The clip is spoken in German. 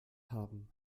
haben